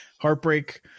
Heartbreak